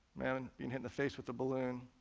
man being hit in the face with a balloon,